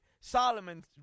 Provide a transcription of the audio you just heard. Solomon